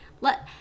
let